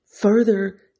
further